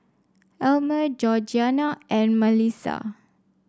Elmer Georgiana and Malissa